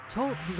Talk